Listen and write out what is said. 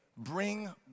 Bring